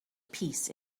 peace